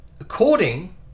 According